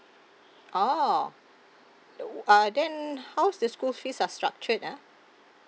orh oh uh then how's the school fees are structured ah